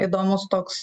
įdomus toks